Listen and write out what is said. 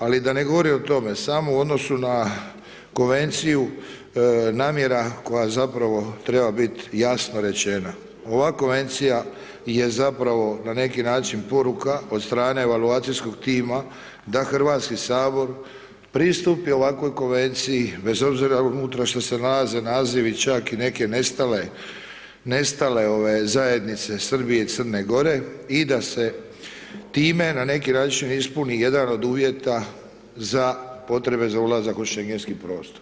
Ali da ne govorim o tome, samo u odnosu na konvenciju namjera koja zapravo treba bit jasno rečena, ova konvencija je zapravo na neki način poruka od strane evaluacijskog ima da Hrvatski sabor pristupi ovakvoj konvenciji bez obzira unutra šta se nalaze nazivi čak i neke nestale, nestale ove zajednice Srbije i Crne Gore i da se time na neki način ispuni jedan od uvjeta za potrebe za ulazak u Schengenski prostor.